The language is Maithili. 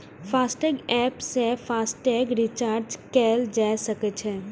फास्टैग एप सं फास्टैग रिचार्ज कैल जा सकै छै